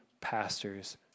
pastors